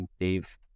Dave